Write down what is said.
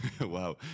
Wow